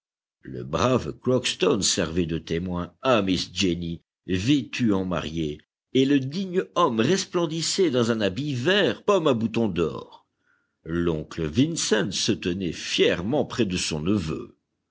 le brave crockston servait de témoin à miss jenny vêtue en mariée et le digne homme resplendissait dans un habit vert pomme à boutons d'or l'oncle vincent se tenait fièrement près de son neveu